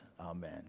Amen